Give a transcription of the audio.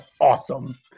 awesome